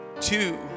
two